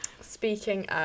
speaking